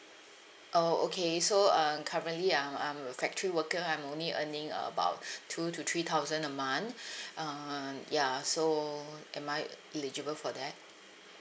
oh okay so um currently I'm I'm a factory worker I'm only earning uh about two to three thousand a month um ya so am I eligible for that